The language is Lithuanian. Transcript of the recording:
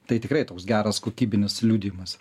tai tikrai toks geras kokybinis liudijimas